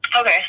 Okay